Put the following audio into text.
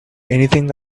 anything